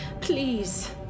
please